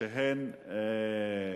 שישנן בהן